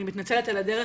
אני מתנצלת על הדרך,